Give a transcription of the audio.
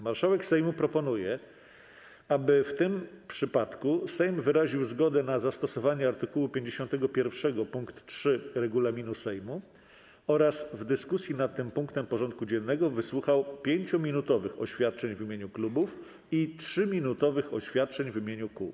Marszałek Sejmu proponuje, aby w tym przypadku Sejm wyraził zgodę na zastosowanie art. 51 pkt 3 regulaminu Sejmu oraz w dyskusji nad tym punktem porządku dziennego wysłuchał 5-minutowych oświadczeń w imieniu klubów i 3-minutowych oświadczeń w imieniu kół.